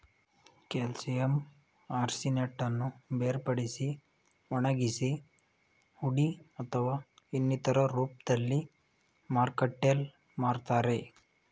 calcium ಆರ್ಸಿನೇಟನ್ನು ಬೇರ್ಪಡಿಸಿ ಒಣಗಿಸಿ ಹುಡಿ ಅಥವಾ ಇನ್ನಿತರ ರೂಪ್ದಲ್ಲಿ ಮಾರುಕಟ್ಟೆಲ್ ಮಾರ್ತರೆ